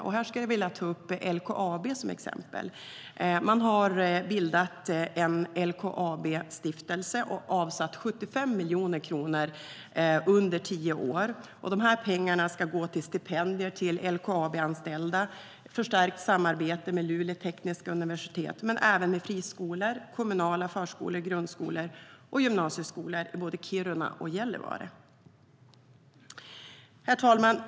Jag skulle vilja ta upp LKAB som exempel. Herr talman!